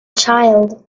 child